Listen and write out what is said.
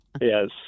Yes